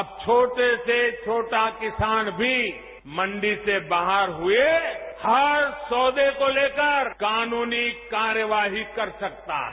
अब छोटे से छोटा किसान भी मंडी से बाहर हुए हर सौदे को लेकर कानूनी कार्यवाही कर सकता है